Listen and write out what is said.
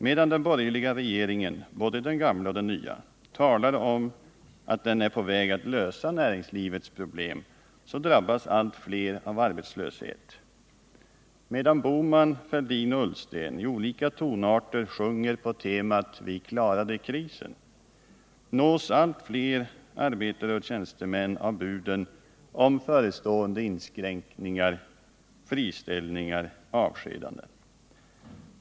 Medan den borgerliga regeringen, både den gamla och den nya, talar om att den är på väg att lösa näringslivets problem, så drabbas allt fler människor av arbetslöshet. Medan Gösta Bohman, Thorbjörn Fälldin och Ola Ullsten i olika tonarter sjunger på temat Vi klarade krisen, nås allt fler arbetare och tjänstemän av bud om förestående inskränkningar, friställningar och avskedanden.